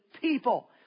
people